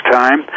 time